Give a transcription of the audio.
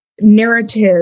narrative